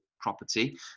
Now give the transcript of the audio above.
property